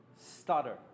stutter